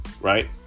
Right